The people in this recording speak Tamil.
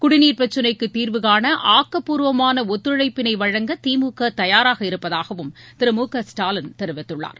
குடிநீர் பிரச்சனைக்கு தீர்வுகாண ஆக்கப்பூர்வமான ஒத்துழைப்பினை வழங்க திமுக தயாராக இருப்பதாகவும் திரு மு க ஸ்டாலின் தெரிவித்துள்ளார்